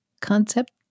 concept